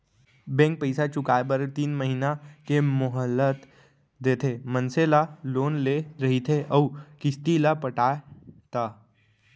bank पइसा चुकाए बर तीन महिना के मोहलत देथे मनसे ला लोन ले रहिथे अउ किस्ती ल पटाय ता